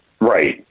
Right